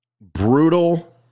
brutal